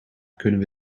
kunnen